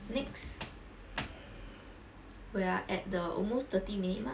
next we are at the almost thirty minute mark